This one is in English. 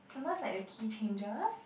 sometimes like the key changes